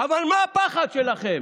אבל מה הפחד שלכם?